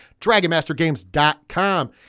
DragonMasterGames.com